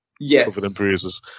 Yes